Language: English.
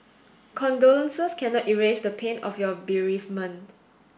condolences cannot erase the pain of your bereavement